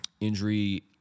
injury